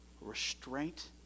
restraint